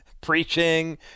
preaching